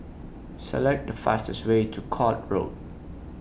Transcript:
Select The fastest Way to Court Road